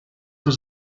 was